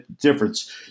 difference